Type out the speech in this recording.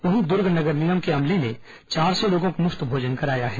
वहीं दुर्ग नगर निगम के अमले ने चार सौ लोगों को मुफ्त भोजन कराया है